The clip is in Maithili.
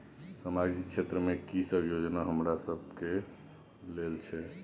सामाजिक क्षेत्र में की सब योजना हमरा सब के लेल छै?